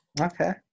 Okay